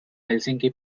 helsinki